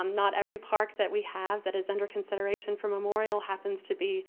um not every park that we have that is under consideration for memorial happens to be